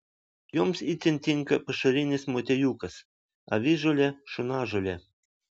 joms itin tinka pašarinis motiejukas avižuolė šunažolė